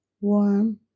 Warm